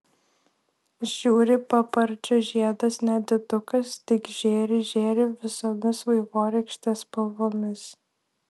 žiūri paparčio žiedas nedidukas tik žėri žėri visomis vaivorykštės spalvomis